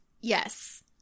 Yes